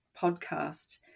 podcast